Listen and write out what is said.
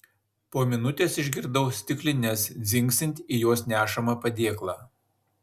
po minutės išgirdau stiklines dzingsint į jos nešamą padėklą